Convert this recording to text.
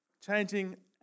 changing